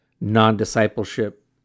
non-discipleship